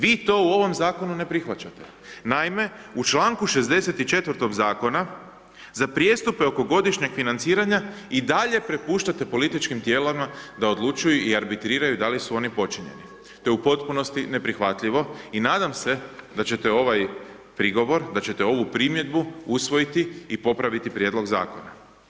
Vi to u ovom zakonu ne prihvaćate, naime, u čl. 64. zakona, za prijestupe oko godišnjeg financiranja i dalje propuštate političkim tijelima, da odlučuju i arbitriraju da li su one počinjenje, te je u potpunosti neprihvatljivo i nadam se da ćete ovaj prigovor, da ćete ovu primjedbu usvojiti i popraviti prijedlog zakona.